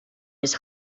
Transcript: his